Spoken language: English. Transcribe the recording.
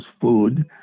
food